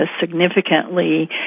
significantly